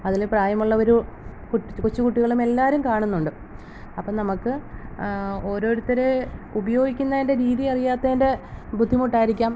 അതിൽ പ്രായമുള്ളവരും കൊച്ചുകുട്ടികളും എല്ലാവരും കാണുന്നുണ്ട് അപ്പം നമുക്ക് ഓരോരുത്തരെ ഉപയോഗിക്കുന്നതിൻ്റെ രീതി അറിയാത്തിൻ്റെ ബുദ്ധിമുട്ടായിരിക്കാം